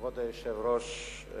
כבוד היושב-ראש,